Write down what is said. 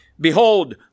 behold